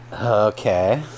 Okay